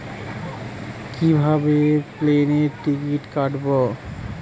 কিভাবে প্লেনের টিকিট কাটব?